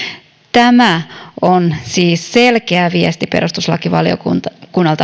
tämä on siis selkeä viesti perustuslakivaliokunnalta